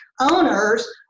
owners